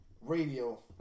radio